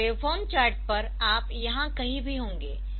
तो waveform chart पर आप यहां कहीं भी होंगे